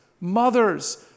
mothers